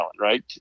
right